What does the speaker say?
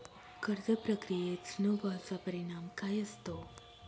कर्ज प्रक्रियेत स्नो बॉलचा परिणाम काय असतो?